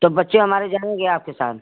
तो बच्चे हमारे जाएँगे आपके साथ